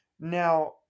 Now